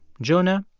jonah,